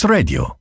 Radio